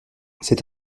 cette